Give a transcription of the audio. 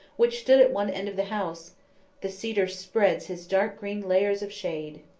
which stood at one end of the house the cedar spreads his dark-green layers of shade.